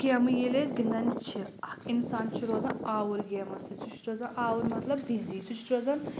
گَیٚمہٕ ییٚلہِ أسۍ گِنٛدان چھِ اَکھ اِنسان چھِ روزان آوُر گَیمَن سۭتۍ سُہ چھُ روزان آوُر مطلب بِزِی سُہ چھُ روزان